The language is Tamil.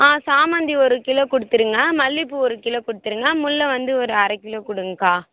ஆ சாமந்தி ஒரு கிலோ கொடுத்துருங்க மல்லிப்பூ ஒரு கிலோ கொடுத்துருங்க முல்லை வந்து ஒரு அரைக்கிலோ கொடுங்கக்கா